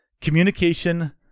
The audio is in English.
communication